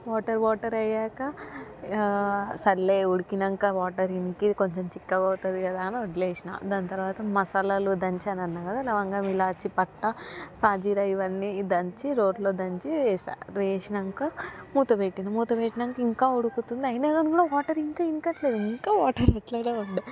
water water అయ్యాక సర్లే ఉడికినాక వాటర్ ఇంకి కొంచెం చిక్కగవుతది కదా అని వదిలేసినా దాని తర్వాత మసాలాలు దంచానన్నా కదా లవంగం ఇలాచి పట్టా షాజీర ఇవన్నీ దంచి రోట్లో దంచి వేసాను వేసినాక మూతపెట్టిన మూతపెట్టినాకా కూడా ఇంకా ఉడుకుతుంది అయినా కానీ వాటర్ ఇంకా ఇంకట్లేదు ఇంకా వాటర్ ఇట్లానే ఉంది